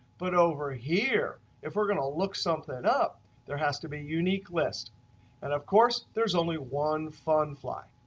but over here if we're going to look something up there has to be a unique list. and of course, there's only one fun fly.